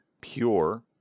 Pure